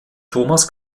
thomas